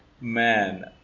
Man